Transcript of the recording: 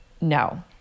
No